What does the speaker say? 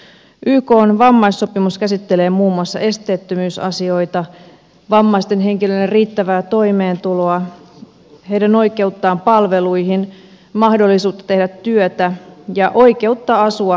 ykn vammaissopimus käsittelee muun muassa esteettömyysasioita vammaisten henkilöiden riittävää toimeentuloa heidän oikeuttaan palveluihin mahdollisuutta tehdä työtä ja oikeutta asua missä haluaa